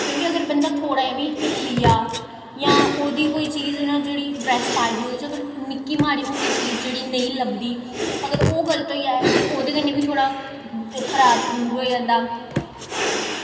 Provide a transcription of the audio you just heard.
क्योंकि अगर बंदा थोह्ड़ा जा बी हिल्ली जा जां ओह्दी कोई चीज जेह्ड़ी ड्रैस पाई दी निक्की माड़ी मुड्डी चीज नेईं लब्भदी अगर ओह् गल्त होई जाए ओह्दे कन्नै बी थोह्ड़ा खराब खरूब होई जंदा